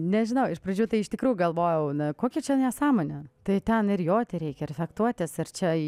nežinau iš pradžių tai iš tikrųjų galvojau na kokia čia nesąmonė tai ten ir joti reikia fechtuotis ir čia